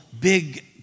big